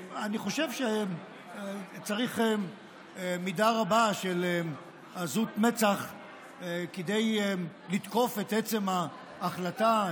אני חושב שצריך מידה רבה של עזות מצח לתקוף את עצם ההחלטה,